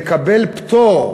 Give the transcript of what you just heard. לקבל פטור,